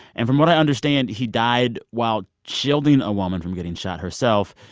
and from what i understand, he died while shielding a woman from getting shot herself.